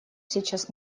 сейчас